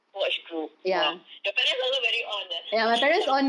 watch group !wah! your parents also very ons eh